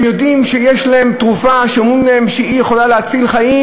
הם יודעים שיש תרופה שאומרים להם שהיא יכולה להציל חיים.